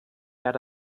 jahr